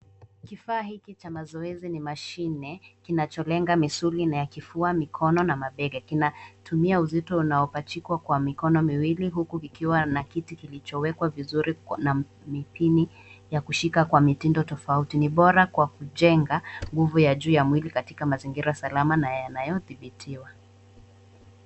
Kifaa hiki cha mazoezi ni mashine kinacholenga misuli na ya kifua, mikono na mabega. Kinatumia uzito unaopachikwa Kwa mikono miwili huku kikiwa na kiti kilichowekwa vizuri na mipini ya kushika Kwa mitindo tofauti. Ni bora kwa kujenga nguvu ya juu ya miwili katika mazingira salama na yanayodhibitiwa.